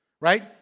Right